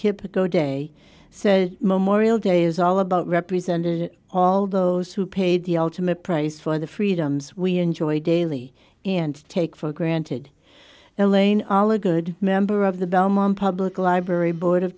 go day so memorial day is all about represented all those who paid the ultimate price for the freedoms we enjoy daily and take for granted now lane all a good member of the belmont public library board of